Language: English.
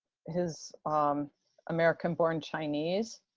his american born chinese.